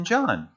John